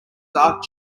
dark